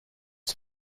the